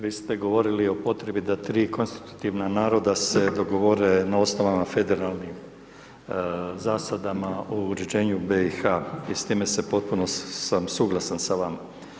Vi ste govorili o potrebi da 3 konstitutivna naroda se dogovore na osnovana federalnim zasadama o uređenju BIH i s time sam potpuno suglasan s vama.